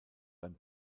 beim